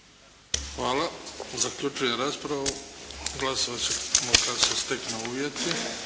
Hvala. Zaključujem raspravu. Glasovati ćemo kad se steknu uvjeti.